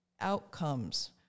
outcomes